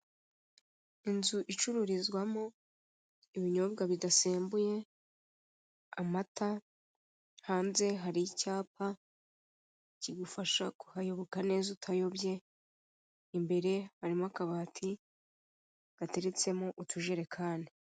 Inzu icururizwamo ibinyobwa bidasembuye amata, hanze hari icyapa kigufasha kuhayoboka neza utayobye, imbere harimo akabati gateretsemo utujerekani.